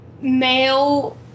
male